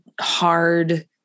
hard